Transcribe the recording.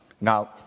Now